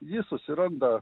jis susiranda